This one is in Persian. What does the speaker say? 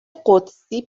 قدسی